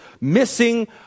missing